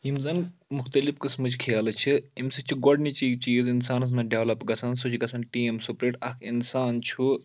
یِم زَن مُختلِف قٕسمٕچ کھیلہٕ چھِ امہِ سۭتۍ چھِ گۄڈٕنِچی چیٖز اِنسانَس منٛز ڈیٚولَپ گژھان سُہ چھِ گژھان ٹیٖم سُپرٹ اَکھ اِنسان چھُ